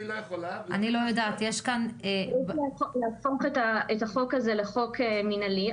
צריך להפוך את החוק הזה למנהלי,